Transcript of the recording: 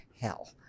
hell